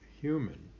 human